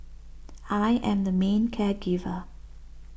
I am the main care giver